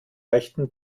rechten